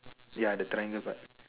ya the triangle part